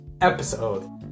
episode